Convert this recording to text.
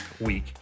Week